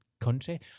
country